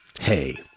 Hey